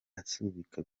asubika